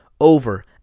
over